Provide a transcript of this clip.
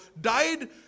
died